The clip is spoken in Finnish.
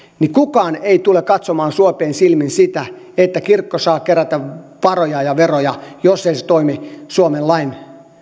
niin kukaan ei tule katsomaan suopein silmin sitä että kirkko saa kerätä varoja ja veroja jos se ei toimi suomen lain